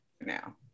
now